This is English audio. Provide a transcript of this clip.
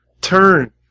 Turn